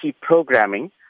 programming